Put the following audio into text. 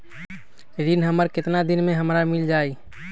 ऋण हमर केतना दिन मे हमरा मील जाई?